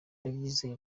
ndabyizeye